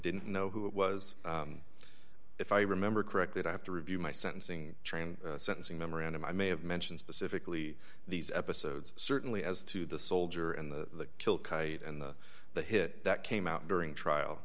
didn't know who it was if i remember correctly i have to review my sentencing train sentencing memorandum i may have mentioned specifically these episodes certainly as to the soldier and the kill kate and the hit that came out during trial